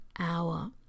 hour